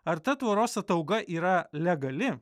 ar ta tvoros atauga yra legali